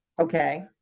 Okay